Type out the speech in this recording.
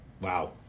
Wow